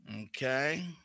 Okay